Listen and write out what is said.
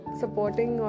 supporting